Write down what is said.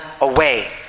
away